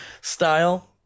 style